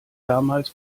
damals